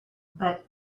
but